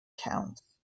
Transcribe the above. counts